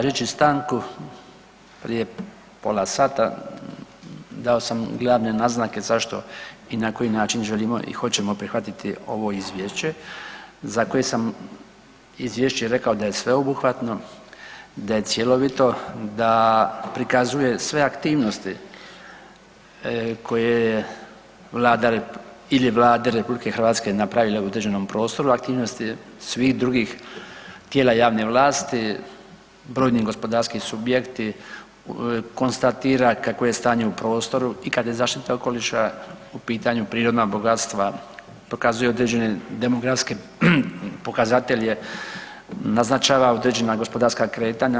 Tražeći stanku prije pola sata dao sam glavne naznake zašto i na koji način želimo i hoćemo prihvatiti ovo izvješće za koje sam izvješće rekao da je sveobuhvatno, da je cjelovito, da prikazuje sve aktivnosti koje je Vlada ili Vlada RH napravila u državnom prostoru, aktivnosti svih drugih tijela javne vlasti, brojni gospodarski subjekti, konstatira kakvo je stanje u prostoru i kad je zaštita okoliša u pitanu, prirodna bogatstva, pokazuje određene demografske pokazatelje, naznačava određena gospodarska kretanja.